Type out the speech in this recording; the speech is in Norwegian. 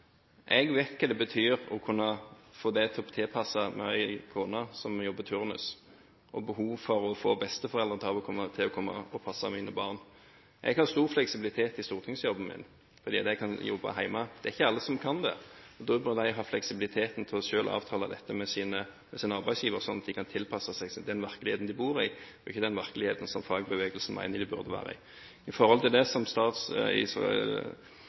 Jeg er småbarnsfar. Jeg vet hva det betyr å kunne få det tilpasset – jeg har en kone som jobber turnus, og har behov for å få besteforeldrene til å komme og passe mine barn. Jeg har stor fleksibilitet i stortingsjobben min, fordi jeg kan jobbe hjemme. Det er ikke alle som kan det. Da må de ha fleksibilitet til selv å avtale dette med sin arbeidsgiver, slik at de kan tilpasse seg den virkeligheten de lever i, ikke den virkeligheten som fagbevegelsen mener at de burde være i. Med hensyn til det som